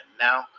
Now